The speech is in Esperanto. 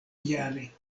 jare